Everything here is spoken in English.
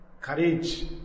courage